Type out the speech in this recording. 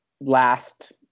last